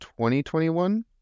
2021